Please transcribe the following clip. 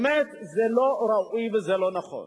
זה באמת לא ראוי ולא נכון.